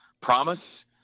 promise